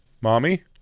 mommy